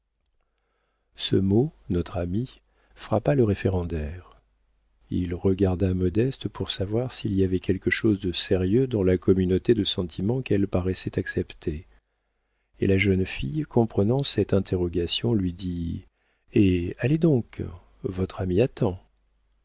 ce mot notre ami frappa le référendaire il regarda modeste pour savoir s'il y avait quelque chose de sérieux dans la communauté de sentiments qu'elle paraissait accepter et la jeune fille comprenant cette interrogation lui dit eh allez donc votre ami attend